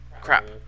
crap